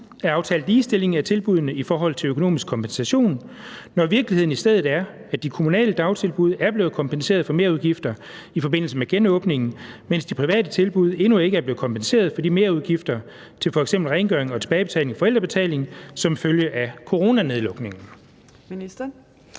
er aftalt ligestilling af tilbuddene i forhold til økonomisk kompensation, når virkeligheden i stedet er, at de kommunale dagtilbud er blevet kompenseret for merudgifter i forbindelse med genåbning, mens de private tilbud endnu ikke er blevet kompenseret for de merudgifter til f.eks. rengøring og tilbagebetaling af forældrebetalingen som følge af coronanedlukningen? Kl.